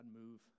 move